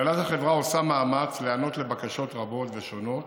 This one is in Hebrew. הנהלת החברה עושה מאמץ להיענות לבקשות רבות ושונות